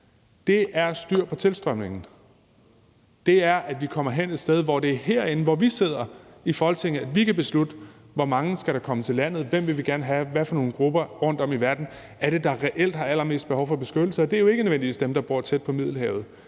have styr på tilstrømningen. Det er, at vi kommer et sted hen, hvor det er herinde i Folketinget, hvor vi sidder, at vi kan beslutte, hvor mange der skal komme til landet, hvem vi gerne vil have, og hvilke grupper rundtom i verden det er, som reelt har allermest behov for beskyttelse. Og det er jo ikke nødvendigvis dem, der bor tæt på Middelhavet,